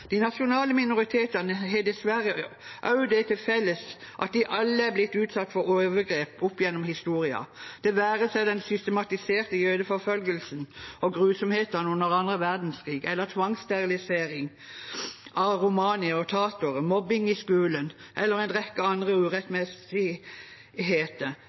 De nasjonale minoritetene har dessverre også det til felles at de alle er blitt utsatt for overgrep opp gjennom historien, det være seg den systematiserte jødeforfølgelsen og grusomhetene under annen verdenskrig, tvangssterilisering av romanifolk og tatere, mobbing i skolen eller en rekke andre